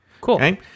Cool